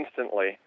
instantly